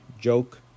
joke